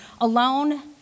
alone